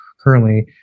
currently